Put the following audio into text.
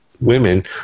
women